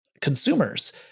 consumers